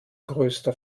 größter